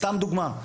סתם דוגמה.